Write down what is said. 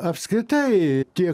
apskritai tie